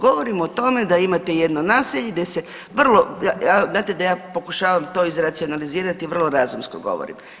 Govorimo o tome da imate jedno naselje gdje se vrlo, ja, znate da ja pokušavam to izracionalizirati, vrlo razumsko govorim.